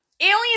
Alien